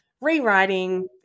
rewriting